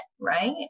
Right